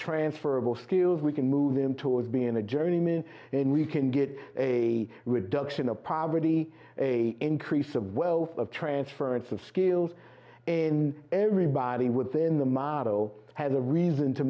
transferable skills we can move them towards being a journeyman and we can get a reduction of probably a increase of wealth of transference of skills in everybody within the motto has a reason to